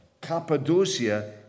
Cappadocia